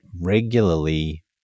regularly